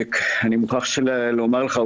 אני מוכרח לומר לך,